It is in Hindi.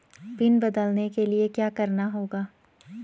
पिन बदलने के लिए क्या करना होगा?